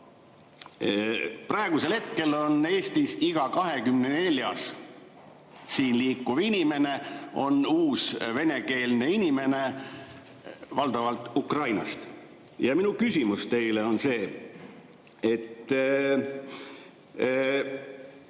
Praegusel hetkel on Eestis iga 24. siin liikuv inimene uus venekeelne inimene, valdavalt Ukrainast. Minu küsimus teile on see, et